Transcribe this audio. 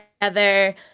together